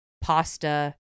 pasta